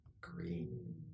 green